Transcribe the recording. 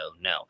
no